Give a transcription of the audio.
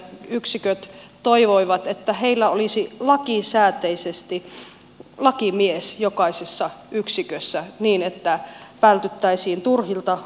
velkaneuvontayksiköt toivoivat että heillä olisi lakisääteisesti lakimies jokaisessa yksikössä niin että vältyttäisiin turhilta ulosotoilta ja konkursseilta